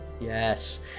Yes